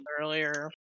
earlier